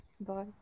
Bye